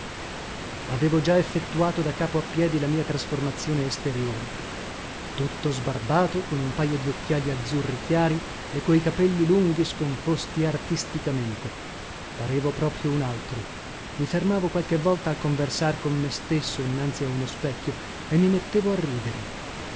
avevo già effettuato da capo a piedi la mia trasformazione esteriore tutto sbarbato con un pajo di occhiali azzurri chiari e coi capelli lunghi scomposti artisticamente parevo proprio un altro i fermavo qualche volta a conversar con me stesso innanzi a uno specchio e mi mettevo a ridere